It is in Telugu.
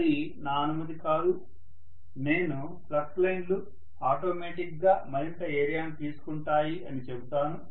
అది నా అనుమతి కాదు నేను ఫ్లక్స్ లైన్లు ఆటోమేటిక్ గా మరింత ఏరియాను తీసుకుంటాయి అని చెబుతాను